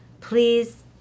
Please